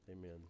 Amen